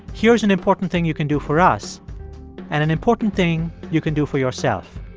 here's an important thing you can do for us and an important thing you can do for yourself.